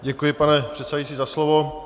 Děkuji, pane předsedající, za slovo.